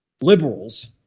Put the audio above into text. liberals